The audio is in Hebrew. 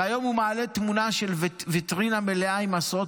והיום הוא מעלה תמונה של ויטרינה מלאה עם עשרות